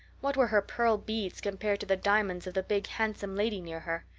what were her pearl beads compared to the diamonds of the big, handsome lady near her?